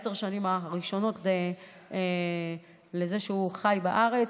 בעשר השנים הראשונות שבהן הוא חי בארץ,